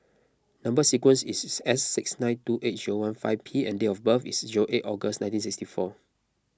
Number Sequence is S six nine two eight zero one five P and date of birth is zero eight August nineteen sixty four